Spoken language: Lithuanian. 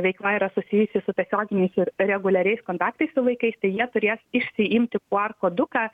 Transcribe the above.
veikla yra susijusi su tiesioginiais ir reguliariais kontaktais su vaikais tai jie turės išsiimti qr koduką